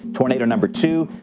tornado number two,